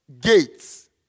gates